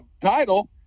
title